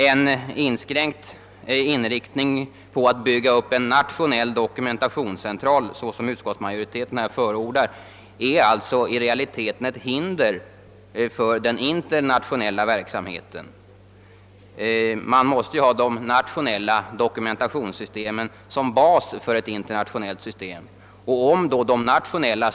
En inskränkt inriktning på att bygga upp en nationell dokumentationscentral, såsom utskottsmajoriteten förordar, är alltså i realiteten ett hinder för den internationella verksamheten. Man måste ju ha de nationella dokumentationssystemen som bas för ett internationellt system, och om de nationella systemen då inte direkt kan översättas måste man lägga ned stora kostnader och mycket arbete på att föra över information från ett system till ett annat. Här finns ett klart utrymnme för initiativ i internationella organ, och på den punkten har vi i motionerna framfört konkreta förslag.